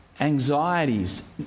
anxieties